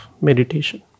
meditation